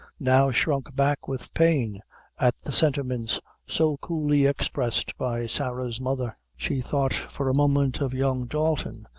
now shrunk back with pain at the sentiments so coolly expressed by sarah's mother. she thought for a moment of young dalton,